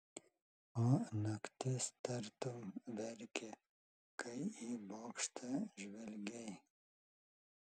o naktis tartum verkė kai į bokštą žvelgei